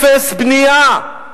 אפס בנייה.